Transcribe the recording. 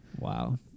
Wow